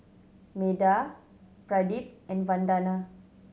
Medha Pradip and Vandana